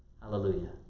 Hallelujah